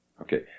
Okay